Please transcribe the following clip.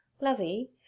Lovey